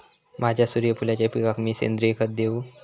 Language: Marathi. माझ्या सूर्यफुलाच्या पिकाक मी सेंद्रिय खत देवू?